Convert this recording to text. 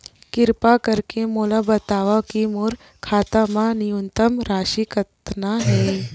किरपा करके मोला बतावव कि मोर खाता मा न्यूनतम राशि कतना हे